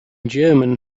german